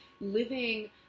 living